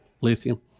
lithium